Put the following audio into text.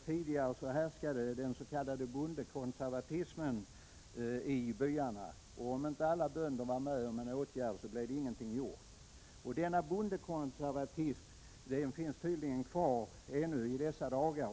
Tidigare härskade den s.k. bondekonservatismen, innebärande att om inte alla bönder ställde sig bakom en åtgärd blev ingenting gjort. Denna bondekonservatism finns tydligen kvar ännu i dessa dagar.